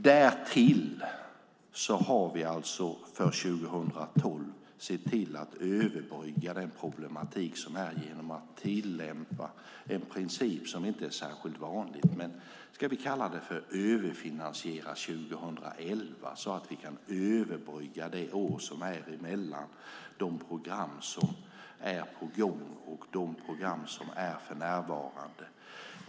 Därtill har vi för 2012 sett till att överbrygga den problematik som finns genom att tillämpa en princip som inte är särskilt vanlig. Man kan kalla det för att vi överfinansierar 2011 så att vi kan överbrygga det år som är mellan de program som är på gång och de program som finns för närvarande.